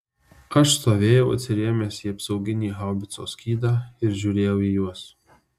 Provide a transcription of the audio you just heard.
aš stovėjau atsirėmęs į apsauginį haubicos skydą ir žiūrėjau į juos